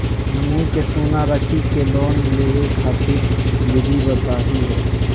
हमनी के सोना रखी के लोन लेवे खातीर विधि बताही हो?